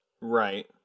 Right